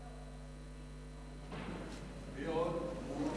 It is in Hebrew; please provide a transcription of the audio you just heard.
מי עוד?